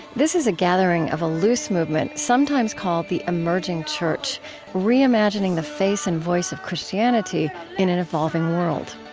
this is a gathering of a loose movement sometimes called the emerging church reimagining the face and voice of christianity christianity in an evolving world